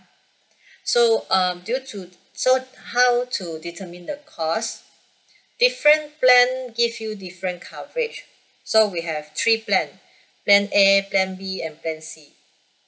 so um due to so how to determine the cost different plan give you different coverage so we have three plan plan A plan B and plan C